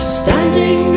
standing